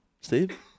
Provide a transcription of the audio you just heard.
Steve